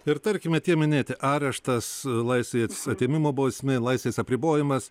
ir tarkime tie minėti areštas laisvės atėmimo bausmė laisvės apribojimas